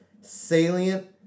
salient